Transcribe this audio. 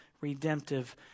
redemptive